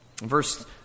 verse